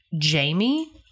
Jamie